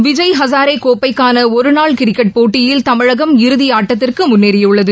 விஜய் ஹசாரே கோப்பைக்காள ஒருநாள் கிரிக்கெட் போட்டியில் தமிழகம் இறதியாட்டத்திற்கு முன்னேறியுள்ளது